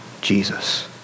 Jesus